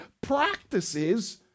practices